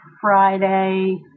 Friday